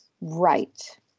Right